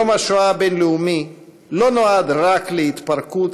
יום השואה הבין-לאומי לא נועד רק להתרפקות